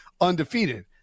undefeated